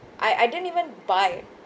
I I didn't even buy